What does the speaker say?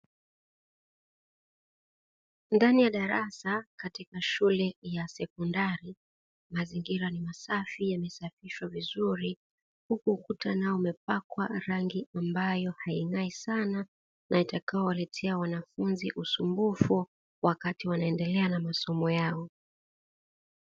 Ndani ya darasa katika shule ya sekondari, mazingira ni masafi yamesafishwa vizuri, huku ukuta nao umepakwa rangi ambayo haing'ai sana na itakayo waletea wanafunzi usumbufu wakati wanaendelea na masomo yao.